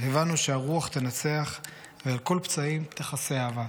הבנו שהרוח תנצח ועל כל פצעים תכסה אהבה".